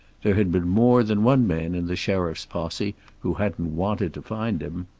there had been more than one man in the sheriff's posse who hadn't wanted to find him.